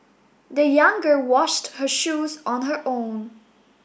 the young girl washed her shoes on her own